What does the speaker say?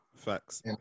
Facts